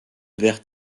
verre